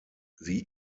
sie